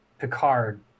Picard